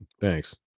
Thanks